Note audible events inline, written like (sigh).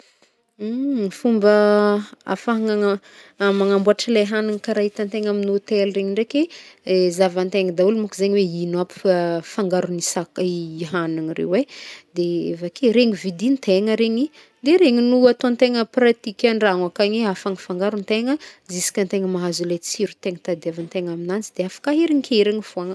(noise) Fomba ahafahagnagna manamboatra le hagniny karaha hitantegna amin'ny hotely regny ndraiky, zahavantegna daholo mô ko zegny hoe ino aby fangaron'ny sakafo, i hagniny reo e, de avake regny vidintegna regny de regny no ataontegna pratika andragno ankagny afangafangarontegna juska antegna mahazo le tsiro tegna tadiavintegna amin'azy de afaka aherinkerigny fogna.